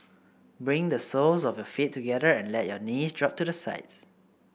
bring the soles of your feet together and let your knees drop to the sides